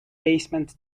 basement